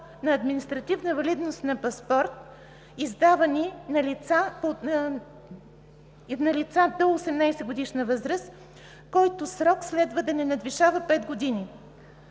на административна валидност на паспорт, издаван на лица до 18-годишна възраст, който срок следва да не надвишава пет години.